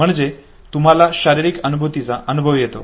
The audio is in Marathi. म्हणजे तुम्हाला शारीरिक अनुभूतीचा अनुभव येतो